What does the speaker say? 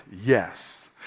Yes